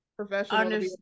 professional